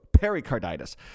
pericarditis